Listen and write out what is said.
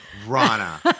Rana